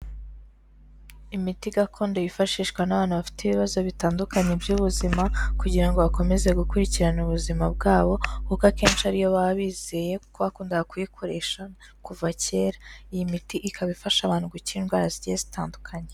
Imiti gakondo yifashishwa n'abantu bafite ibibazo bitandukanye by'ubuzima, kugira ngo bakomeze gukurikirana ubuzima bwabo, kuko akenshi ariyo baba bizeye, kuko bakundaga kuyikoresha kuva kera, iyi miti ikaba ifasha abantu, gukira indwara zigiye zitandukanye.